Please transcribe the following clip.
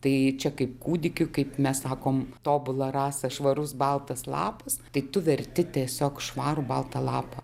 tai čia kaip kūdikiui kaip mes sakom tobula rasa švarus baltas lapas tai tu verti tiesiog švarų baltą lapą